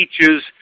teaches